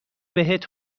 بهت